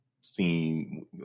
seen